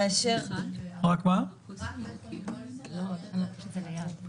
רק בית חולים וולפסון היה מנייד את הערכות.